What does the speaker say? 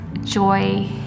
joy